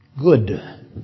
good